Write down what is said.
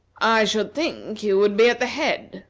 i should think you would be at the head,